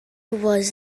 was